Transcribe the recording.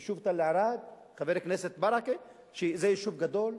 היישוב תל-ערד, חבר הכנסת ברכה, שהוא יישוב גדול.